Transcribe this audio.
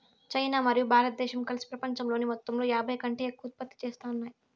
China మరియు భారతదేశం కలిసి పపంచంలోని మొత్తంలో యాభైకంటే ఎక్కువ ఉత్పత్తి చేత్తాన్నాయి